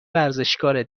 ورزشکاره